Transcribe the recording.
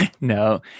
No